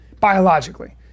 biologically